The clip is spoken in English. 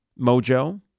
mojo